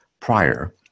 prior